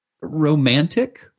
romantic